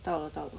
到了到了